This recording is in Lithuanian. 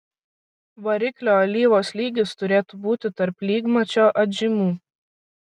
variklio alyvos lygis turėtų būti tarp lygmačio atžymų